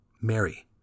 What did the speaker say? Mary